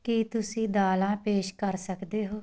ਕੀ ਤੁਸੀ ਦਾਲਾਂ ਪੇਸ਼ ਕਰ ਸਕਦੇ ਹੋ